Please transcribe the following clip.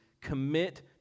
commit